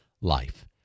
life